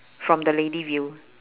from the lady view